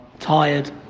tired